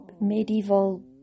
medieval